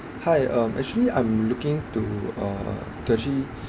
hi um actually I'm looking to uh to actually